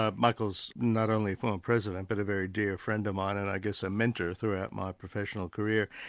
ah michael's not only former president, but a very dear friend of mine and i guess a mentor throughout my professional career.